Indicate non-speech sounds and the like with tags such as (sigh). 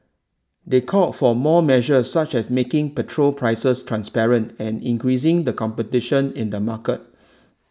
they called for more measures such as making petrol prices transparent and increasing the competition in the market (noise)